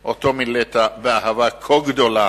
שמילאת באהבה כה גדולה.